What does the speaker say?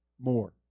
More